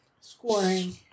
scoring